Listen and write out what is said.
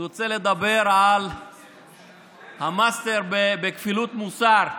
אני רוצה לדבר על המאסטר בכפילות מוסר,